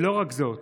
לא רק זאת,